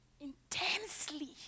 Intensely